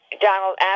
Donald